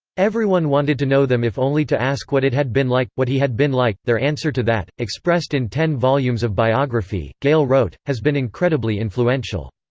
everyone wanted to know them if only to ask what it had been like what he had been like. their answer to that, expressed in ten volumes of biography, gale wrote, has been incredibly influential.